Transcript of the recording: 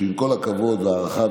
שעם כל הכבוד וההערכה,